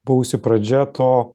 buvusi pradžia to